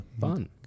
Fun